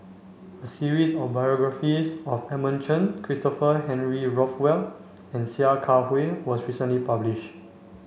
a series of biographies of Edmund Chen Christopher Henry Rothwell and Sia Kah Hui was recently publish